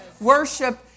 Worship